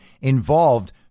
involved